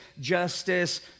justice